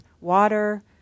water